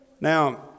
Now